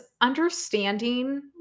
understanding